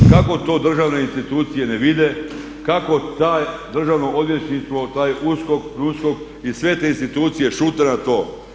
Ne znam kako to državne institucije ne vide, kako to Državno odvjetništvo, taj USKOK, PNUSKOK i sve te institucije šute na to.